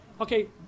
Okay